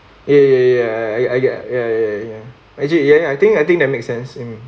eh eh ya I get ya ya ya ya ya actually ya I think I think that makes sense